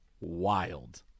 wild